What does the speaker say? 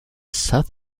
south